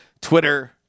Twitter